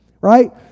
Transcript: right